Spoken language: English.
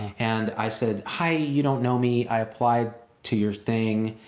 and i said, hi, you don't know me, i applied to your thing.